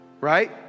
right